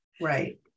Right